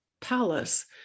palace